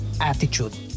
attitude